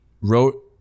wrote